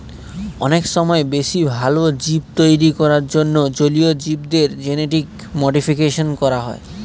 অনেক সময় বেশি ভালো জীব তৈরী করার জন্য জলীয় জীবদের জেনেটিক মডিফিকেশন করা হয়